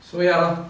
so ya lor